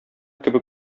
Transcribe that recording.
кебек